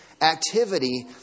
activity